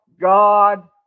God